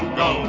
go